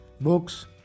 books